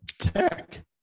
Tech